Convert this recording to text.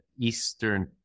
Eastern